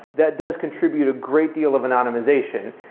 that does contribute a great deal of anonymization.